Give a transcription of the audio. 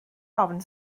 ofn